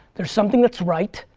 there's something that's right.